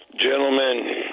Gentlemen